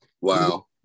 Wow